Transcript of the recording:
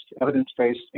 evidence-based